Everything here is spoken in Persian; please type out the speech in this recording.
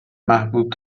محبوب